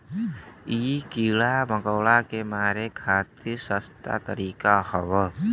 इ कीड़ा मकोड़ा के मारे खातिर सस्ता तरीका हौ